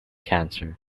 cancer